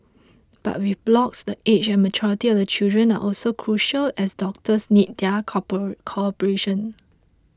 but with blocks the age and maturity of the children are also crucial as doctors need their cooper cooperation